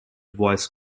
voice